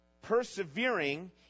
persevering